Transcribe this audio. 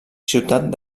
ciutat